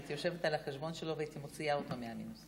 הייתי יושבת על החשבון שלו והייתי מוציאה אותו מהמינוס.